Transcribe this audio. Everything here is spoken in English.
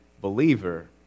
believer